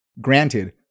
Granted